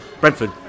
Brentford